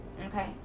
Okay